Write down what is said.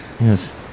Yes